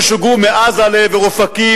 ששוגרו מעזה לעבר אופקים,